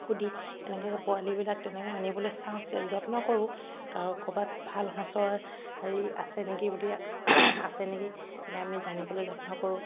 সুধি তেনেকৈ পোৱালিবিলাক তেনেকৈ আনিবলৈ চাওঁ যত্ন কৰোঁ আৰু ক'ৰবাত ভাল সঁচৰ হেৰি আছে নেকি বুলি আছে নেকি বুলি আমি জানিবলৈ যত্ন কৰোঁ